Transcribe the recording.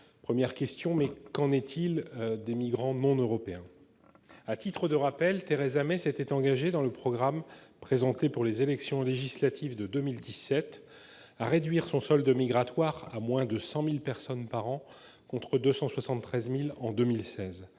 immigration choisie. Qu'en est-il des migrants non européens ? À titre de rappel, Theresa May s'était engagée, dans le programme présenté pour les élections législatives de 2017, à réduire le solde migratoire à moins de 100 000 personnes par an, contre 273 000 en 2016.